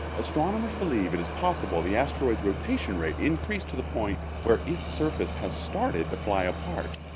astronomers believe it is possible the asteroid's rotation rate increased to the point where its surface has started to fly apart.